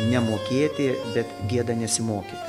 nemokėti bet gėda nesimokyti